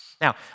Now